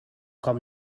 com